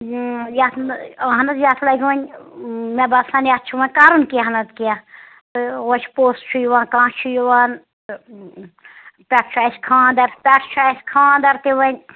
یَتھ نہٕ اہن حظ یَتھ لگہِ وۄنۍ مےٚ باسان یَتھ چھُ وۄنۍ کرُن کیٚنٛہہ نَتہٕ کیٚنٛہہ تہٕ وۄنۍ چھُ پوٚژھ چھُ یِوان کانٛہہ چھُ یِوان تہٕ پٮ۪ٹھٕ چھُ اَسہِ خاندَر پٮ۪ٹھٕ چھُ اَسہِ خاندَرتہِ وۄنۍ